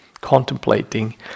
contemplating